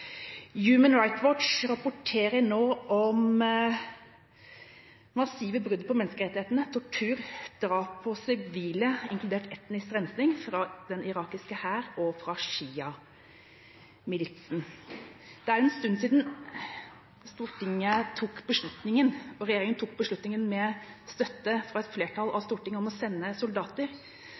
Human Rights Watch rapporterer nå om massive brudd på menneskerettighetene, tortur, drap på sivile – inkludert etnisk rensing fra den irakiske hær og fra sjiamilitsen. Det er en stund siden regjeringa tok beslutningen, med støtte fra et flertall i Stortinget, om å sende soldater.